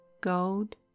gold